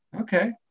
okay